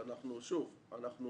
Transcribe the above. אז שוב, אנחנו